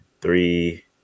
three